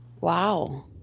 Wow